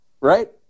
right